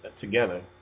together